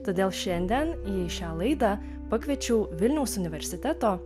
todėl šiandien į šią laidą pakviečiau vilniaus universiteto